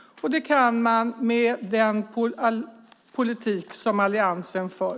Det kan den, med den politik som Alliansen för.